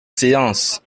séance